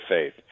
faith